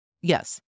Yes